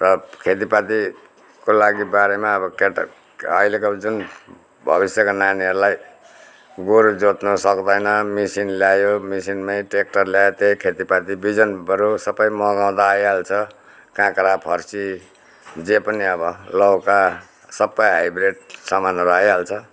र खेतीपातीको लागि बारेमा अब के त अहिलेको जुन भविष्यका नानीहरूलाई गोरु जोत्नु सक्दैन मिसिन ल्यायो मिसिनमै ट्रेक्टर ल्यायो त्यही खेतीपाती बिजन बरू सबै मँगाउदा आइहाल्छ क्राँका फर्सी जे पनि अब लौका सबै हाइब्रिड सामानहरू आइहाल्छ